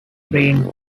green